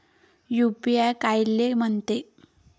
UPI कायले म्हनते?